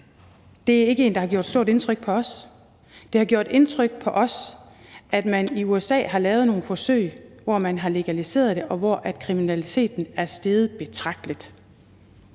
Det er ikke en, der har gjort stort indtryk på os. Det har gjort indtryk på os, at man i USA har lavet nogle forsøg, hvor man har legaliseret cannabis, og hvor kriminaliteten er steget betragteligt.